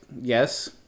yes